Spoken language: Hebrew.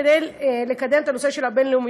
כדי לקדם את הנושא של הבין-לאומיות.